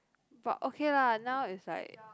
but okay lah now it's like